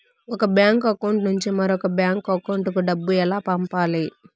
ఒక bank account నుంచి మరొక బ్యాంకు అకౌంట్ కు డబ్బు ఎలా పంపాలి